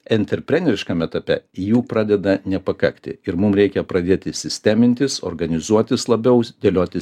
enterpreniškam etape jų pradeda nepakakti ir mum reikia pradėti sistemintis organizuotis labiau dėlioti